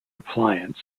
appliance